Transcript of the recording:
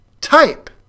type